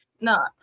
no